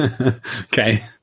Okay